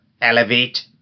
Elevate